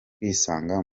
kwisanga